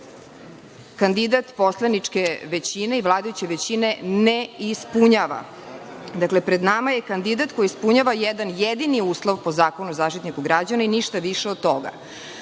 Kandidat poslaničke većine i vladajuće većine ne ispunjava, dakle, pred nama je kandidat koji ispunjava jedan jedini uslov po Zakonu o Zaštitniku građana i ništa više od toga. Ako